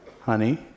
honey